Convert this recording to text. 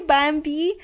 Bambi